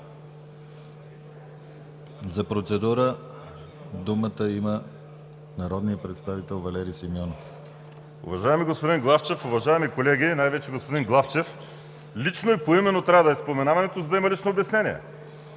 За процедура думата има народният представител Валери Симеонов.